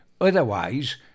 Otherwise